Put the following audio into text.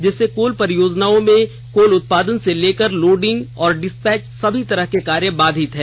जिससे कोल परियोजना में कोल उत्पादन से लेकर लोडिंग और डिस्पैच सभी तरह के कार्य बाधित है